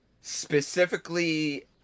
specifically